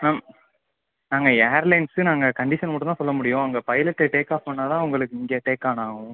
ma'am நாங்கள் airlines நாங்கள் condition மட்டும் தான் சொல்ல முடியும் அங்கே பைலட்டு டேக் ஆஃப் பண்ணால்தான் உங்களுக்கு இங்கே டேக் ஆன் ஆவும்